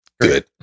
good